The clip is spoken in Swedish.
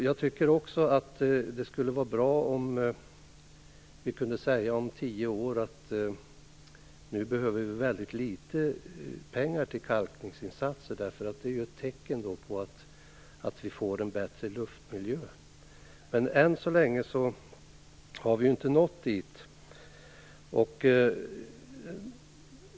Jag tycker också att det skulle vara bra om vi om tio år kunde säga att vi nu behöver väldigt litet pengar till kalkningsinsatser. Det vore ett tecken på att vi får en bättre luftmiljö. Än så länge har vi inte nått dit.